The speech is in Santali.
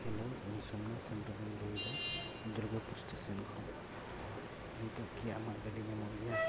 ᱦᱮᱞᱳ ᱤᱧ ᱥᱳᱢᱱᱟᱛᱷ ᱦᱮᱢᱵᱨᱚᱢ ᱤᱧ ᱞᱟᱹᱭᱮᱫᱼᱟ ᱫᱩᱨᱜᱟᱯᱩᱨ ᱮᱥᱴᱮᱥᱮᱱ ᱠᱷᱚᱱ ᱱᱤᱛᱳᱜ ᱠᱤ ᱟᱢᱟᱜ ᱜᱟᱹᱰᱤ ᱧᱟᱢᱚᱜ ᱜᱮᱭᱟ